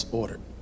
ordered